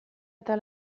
eta